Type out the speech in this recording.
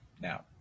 Now